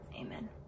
amen